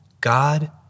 God